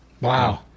Wow